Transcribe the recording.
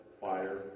fire